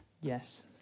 Yes